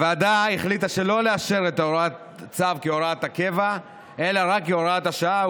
הוועדה החליטה שלא לאשר את הצו כהוראת קבע אלא רק כהוראת שעה,